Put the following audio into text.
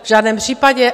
V žádném případě.